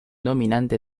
dominante